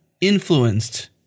influenced